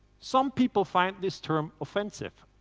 some people find this term offensive.